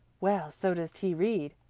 well, so does t. reed.